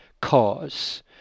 cause